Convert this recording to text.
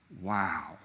wow